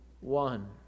one